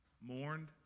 mourned